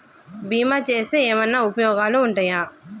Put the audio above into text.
బీమా చేస్తే ఏమన్నా ఉపయోగాలు ఉంటయా?